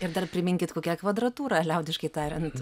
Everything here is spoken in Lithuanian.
ir dar priminkit kokia kvadratūra liaudiškai tariant